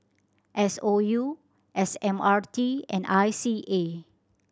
S O U S M R T and I C A